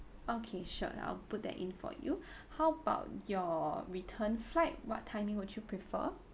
okay sure I'll put that in for you how about your return flight what timing would you prefer